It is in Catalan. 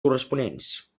corresponents